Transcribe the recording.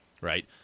right